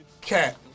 cat